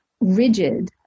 rigid